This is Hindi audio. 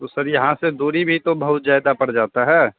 तो सर यहाँ से दूरी भी तो बहुत ज़्यादा पड़ जाता है